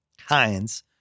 Heinz